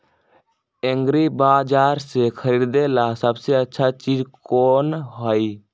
एग्रिबाजार पर से खरीदे ला सबसे अच्छा चीज कोन हई?